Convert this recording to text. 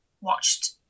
watched